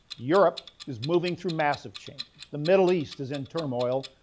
europe is moving through massive change. the middle east is in turmoil.